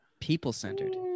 People-centered